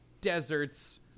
deserts